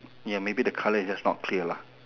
ya maybe the colour is just not clear lah